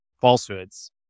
falsehoods